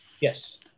Yes